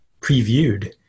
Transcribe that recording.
previewed